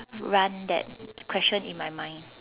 run that question in my mind